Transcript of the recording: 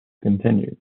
continued